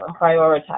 Prioritize